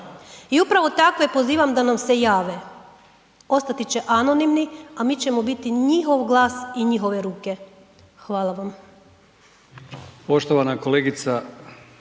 i upravo takve pozivam da nam se jave. Ostati će anonimni a mi ćemo biti njihov glas i njihove ruke. Hvala vam.